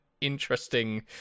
interesting